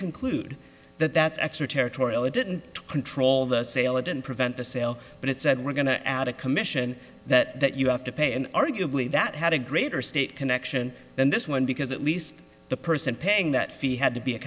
conclude that that's extra territorial it didn't control the sale of and prevent the sale but it said we're going to add a commission that you have to pay and arguably that had a greater stake connection than this one because at least the person paying that fee had to be a